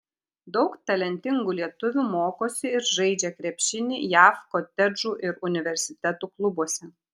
daug talentingų lietuvių mokosi ir žaidžia krepšinį jav kotedžų ir universitetų klubuose